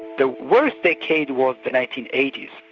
the worst decade was the nineteen eighty s,